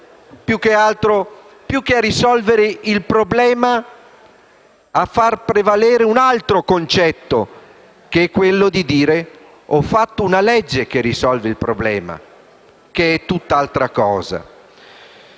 più che a risolvere il problema a far prevalere un altro concetto che è quello di dire: ho fatto una legge che risolve il problema, che è tutt'altra cosa.